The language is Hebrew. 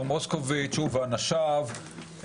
אני לא מדבר על העניין המשפטי,